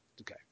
Okay